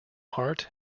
heart